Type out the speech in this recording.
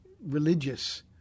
religious